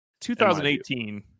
2018